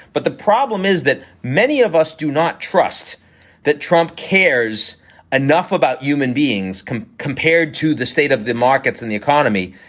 but the problem is that many of us do not trust that trump cares enough about human beings compared to the state of the markets and the economy.